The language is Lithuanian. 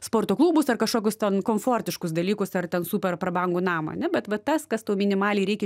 sporto klubus ar kažkokius ten komfortiškus dalykus ar ten super prabangų namą ane bet va tas kas tau minimaliai reikia